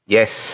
Yes